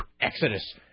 exodus